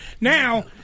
Now